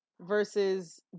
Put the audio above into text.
versus